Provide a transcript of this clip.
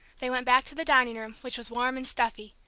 they went back to the dining-room, which was warm and stuffy.